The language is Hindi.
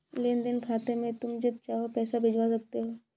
लेन देन खाते से तुम जब चाहो पैसा भिजवा सकते हो